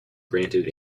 granted